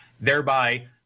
thereby